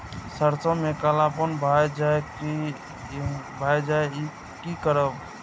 सरसों में कालापन भाय जाय इ कि करब?